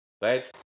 right